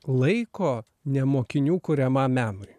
laiko ne mokinių kuriamam menui